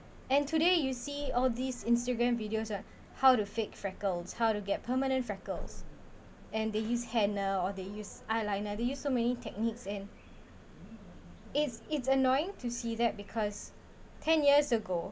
and today you see all these instagram videos on how to fake freckles how to get permanent freckles and they use henna or they use eyeliner they use so many techniques and it's it's annoying to see that because ten years ago